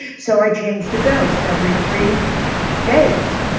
so i changed the dose every three days.